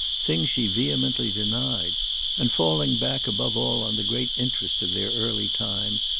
things she vehemently denied and falling back above all on the great interest of their early time,